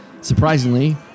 Surprisingly